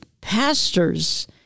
pastors